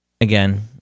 Again